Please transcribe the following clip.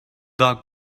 doc